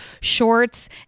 shorts